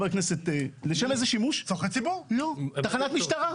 תחנת משטרה.